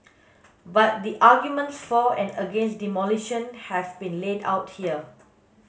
but the arguments for and against demolition have been laid out here